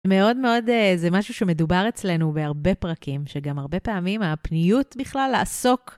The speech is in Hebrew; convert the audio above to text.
מאוד מאוד זה משהו שמדובר אצלנו בהרבה פרקים, שגם הרבה פעמים הפניות בכלל לעסוק.